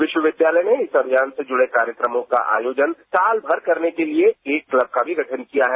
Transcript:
विस्वविद्यालय ने इस अभियान से जुड़े कार्यक्रमों का आयोजन साल भर करने के लिए एक क्लब का भी गठन किया है